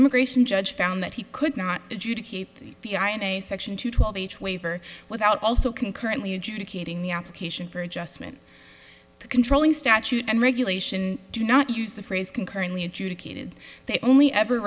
immigration judge found that he could not do to keep the i and a section to twelve h waiver without also concurrently adjudicating the application for adjustment to controlling statute and regulation do not use the phrase concurrently adjudicated they only ever